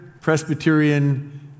Presbyterian